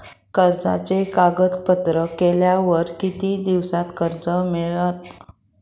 कर्जाचे कागदपत्र केल्यावर किती दिवसात कर्ज मिळता?